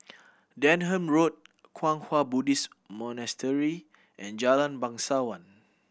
Denham Road Kwang Hua Buddhist Monastery and Jalan Bangsawan